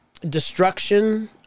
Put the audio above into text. Destruction